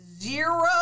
zero